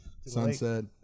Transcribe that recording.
Sunset